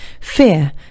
Fear